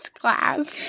class